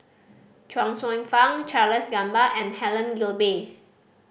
Chuang Hsueh Fang Charles Gamba and Helen Gilbey